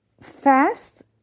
fast